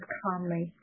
calmly